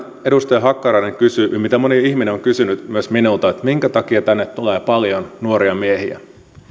edustaja hakkarainen kysyi ja moni ihminen on kysynyt myös minulta minkä takia tänne tulee paljon nuoria miehiä